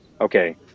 Okay